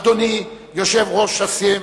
אדוני, יושב-ראש הסיים,